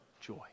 joy